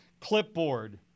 clipboard